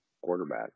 quarterback